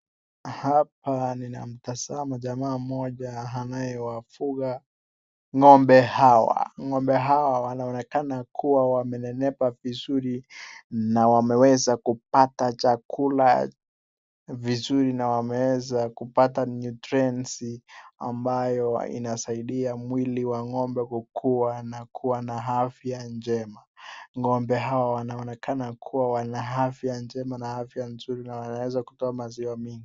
Hapa ninamtazama jamaa mmoja anayewafuga ng'ombe hawa. Ng'ombe hawa wanaonekana kuwa wamenenepa vizuri na wameweza kupata chakula vizuri na wameweza kupata nutrients ambayo inasaidia mwili wa ng'ombe kukua na kuwa na afya njema. Ng'ombe hawa wanaonekana kuwa wana afya njema na afya nzuri na wanaweza kutoa maziwa mingi.